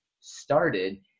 started